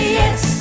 yes